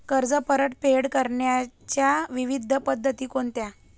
कर्ज परतफेड करण्याच्या विविध पद्धती कोणत्या?